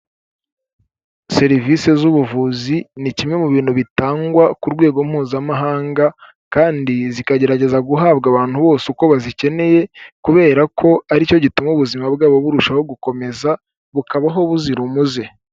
Serivisi z'ubuvuzi ni kimwe mu bintu bitangwa ku rwego mpuzamahanga kandi zikagerageza guhabwa abantu bose uko bazikeneye kubera ko ari cyo gituma ubuzima bwabo burushaho gukomeza, bukabaho buzira umuze.